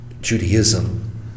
judaism